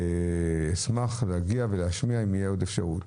אשמח להגיע ולהשמיע אם תהיה עוד אפשרות.